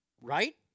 right